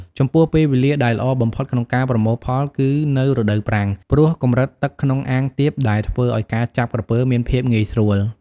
ចំពោះពេលវេលាដែលល្អបំផុតក្នុងការប្រមូលផលគឺនៅ រដូវប្រាំង ព្រោះកម្រិតទឹកក្នុងអាងទាប ដែលធ្វើឲ្យការចាប់ក្រពើមានភាពងាយស្រួល។